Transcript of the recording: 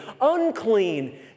unclean